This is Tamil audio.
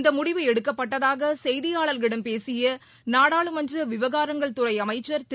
இந்தமுடிவு எடுக்கப்பட்டதாக செய்தியாளர்களிடம் பேசியநாடாளுமன்றவிவகாரங்கள் துறைஅமைச்சள் திரு